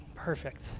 Perfect